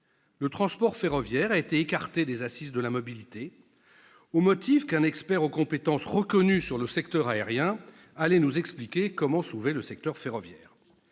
Le transport ferroviaire a été écarté des Assises nationales de la mobilité, au motif qu'un expert aux compétences reconnues dans le secteur aérien allait nous expliquer comment sauver le secteur ferroviaire.